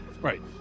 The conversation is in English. Right